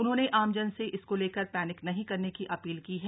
उन्होंने आमजन से इसको लेकर पैनिक नहीं करने की अपील की है